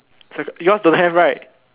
so yours don't have right